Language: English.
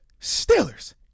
Steelers